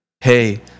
hey